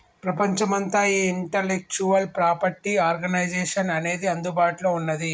ప్రపంచమంతా ఈ intellectual property organisation అనేది అందుబాటులో ఉన్నది